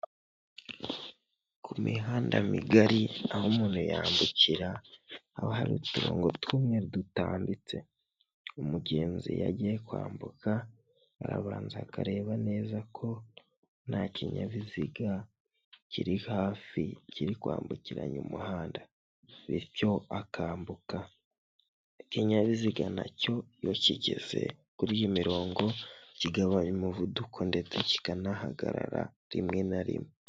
Ku mihanda migari aho umuntu yambukira haba hari uturongo tw'umweru dutambitse. Umugenzi iyo agiye kwambuka arabanza akareba neza ko nta kinyabiziga kiri hafi kiri kwambukiranya umuhanda bityo akambuka. Ikinyabiziga nacyo iyo kigeze kuri iyi mirongo kigabanya umuvuduko ndetse kikanahagarara rimwe na rimwe.